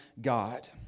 God